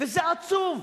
זה עצוב.